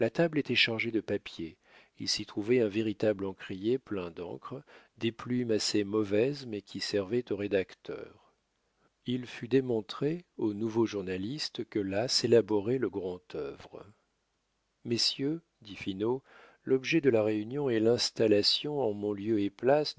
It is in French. était chargée de papiers il s'y trouvait un véritable encrier plein d'encre des plumes assez mauvaises mais qui servaient aux rédacteurs il fut démontré au nouveau journaliste que là s'élaborait le grand œuvre messieurs dit finot l'objet de la réunion est l'installation en mon lieu et place